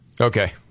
Okay